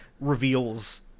reveals